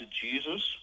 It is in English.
Jesus